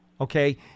Okay